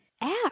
app